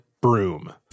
broom